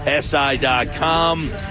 SI.com